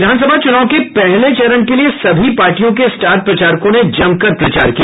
विधानसभा चुनाव के पहले चरण के लिये सभी पार्टियों के स्टार प्रचारकों ने जमकर प्रचार किया